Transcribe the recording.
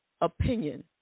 opinion